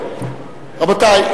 רבותי,